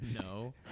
No